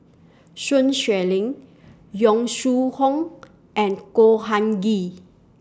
Sun Xueling Yong Shu Hoong and Khor Han Ghee